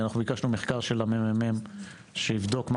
ביקשנו מחקר ממרכז המחקר והמידע ושהוא יבדוק מה